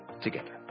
together